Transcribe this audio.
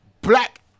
black